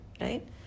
right